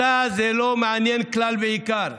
אותה זה לא מעניין כלל ועיקר.